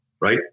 right